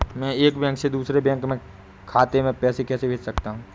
मैं एक बैंक से दूसरे बैंक खाते में पैसे कैसे भेज सकता हूँ?